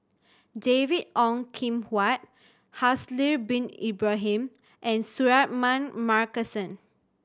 David Ong Kim Huat Haslir Bin Ibrahim and Suratman Markasan